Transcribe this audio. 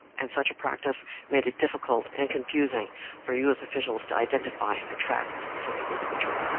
and such a practice made it difficult and confusing for you, as officials, to identify and track a specific individual.